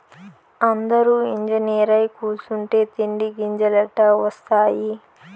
అందురూ ఇంజనీరై కూసుంటే తిండి గింజలెట్టా ఒస్తాయి